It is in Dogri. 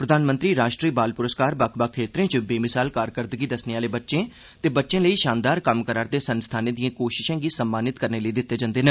प्रधानमंत्री राष्ट्रीय बाल प्रुस्कार बक्ख बक्ख क्षेत्रे च बेमिसाल कारकरदगी दस्सने आले बच्चे ते बच्चे लेई शानदार कम्म करा रदे संस्थानें दियें कोश्तें गी सम्मानति करने लेई दिता जन्दा ऐ